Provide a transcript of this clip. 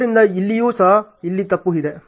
ಆದ್ದರಿಂದ ಇಲ್ಲಿಯೂ ಸಹ ಇಲ್ಲಿ ತಪ್ಪು ಇದೆ